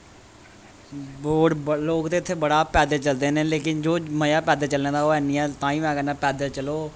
board लोक ते इत्थें बड़ा पैदल चलदे न लेकिन जो मज़ा पैदल चलने दा ऐ ओह् हैनी ऐ ताईं में कैह्न्ना पैदल चलो